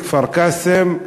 בכפר-קאסם,